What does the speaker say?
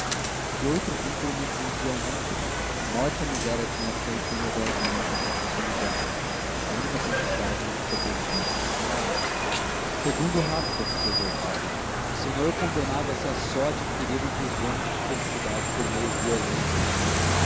que outro vínculo me prendia ao mundo a morte e a miséria tinham feito em redor de mim completa solidão a única felicidade sobrevivente era ela segundo rapto observou o padre o senhor condenava se a só adquirir um vislumbre de felicidade por meios violentos